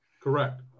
Correct